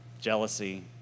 Jealousy